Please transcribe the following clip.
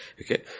Okay